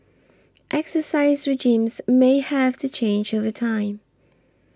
exercise regimens may have to change over time